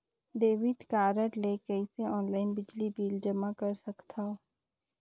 Debit card ले कइसे online बिजली बिल जमा कर सकथव?